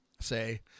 say